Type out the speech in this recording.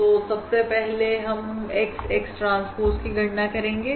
तो सबसे पहले हम X X ट्रांसपोज की गणना करेंगे